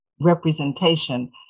representation